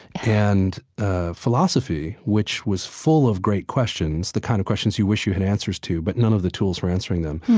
and ah philosophy, which was full of great questions, the kind of questions you wish you had answers to, but none of the tools for answering them.